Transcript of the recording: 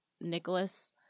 Nicholas